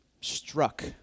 struck